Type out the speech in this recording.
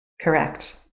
Correct